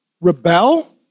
rebel